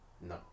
No